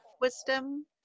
wisdom